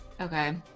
okay